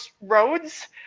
roads